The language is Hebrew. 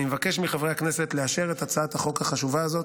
אני מבקש מחברי הכנסת לאשר את הצעת החוק החשובה הזאת